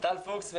פוקס,